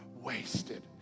Wasted